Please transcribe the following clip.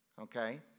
okay